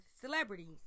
celebrities